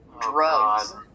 Drugs